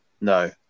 No